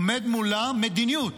עומדת מולה מדיניות.